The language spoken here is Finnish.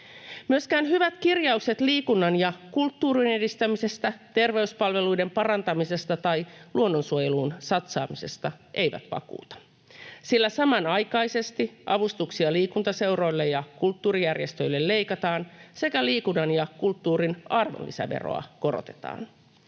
Myöskään hyvät kirjaukset liikunnan ja kulttuurin edistämisestä, terveyspalveluiden parantamisesta tai luonnonsuojeluun satsaamisesta eivät vakuuta, sillä samanaikaisesti avustuksia liikuntaseuroille ja kulttuurijärjestöille leikataan sekä liikunnan ja kulttuurin arvonlisäveroa korotetaan.